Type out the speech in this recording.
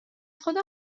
خدا